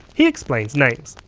he explains names.